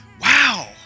wow